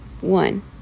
one